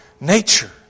nature